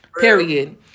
period